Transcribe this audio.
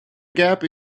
gap